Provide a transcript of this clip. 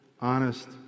honest